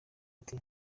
uti